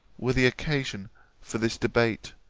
were the occasion for this debate,